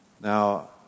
Now